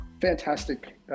fantastic